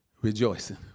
rejoicing